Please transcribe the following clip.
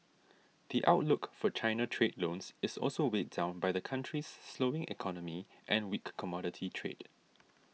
the outlook for China trade loans is also weighed down by the country's slowing economy and weak commodity trade